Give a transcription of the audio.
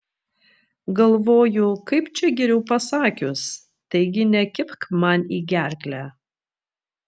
galvoju kaip čia geriau pasakius taigi nekibk man į gerklę